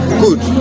good